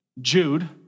Jude